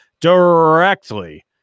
directly